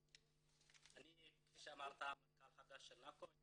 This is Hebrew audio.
אני כפי שאמרת המנכ"ל החדש של נקוצ',